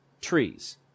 trees